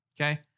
Okay